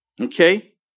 okay